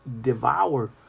devour